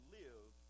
live